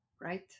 right